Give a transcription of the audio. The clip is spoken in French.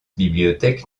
bibliothèque